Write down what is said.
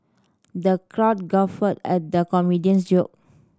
the crowd guffawed at the comedian's joke